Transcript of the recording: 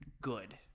good